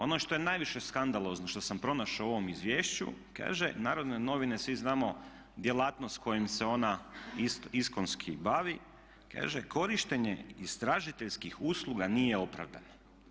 Ono što je najviše skandalozno što sam pronašao u ovom izvješću kaže Narodne novine svi znamo djelatnost kojom se ona iskonski bavi, kaže korištenje istražiteljskih usluga nije opravdano.